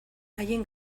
haien